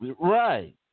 Right